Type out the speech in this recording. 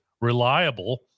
reliable